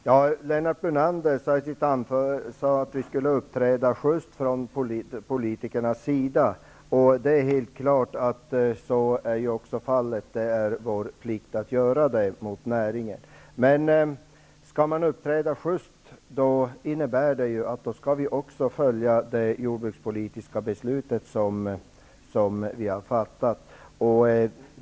Herr talman! Lennart Brunander sade att vi skulle uppträda schyst från politikernas sida. Det är helt klart att det är vår plikt mot näringen. Men skall vi uppträda schyst, innebär det att vi skall följa det jordbrukspolitiska beslut vi har fattat.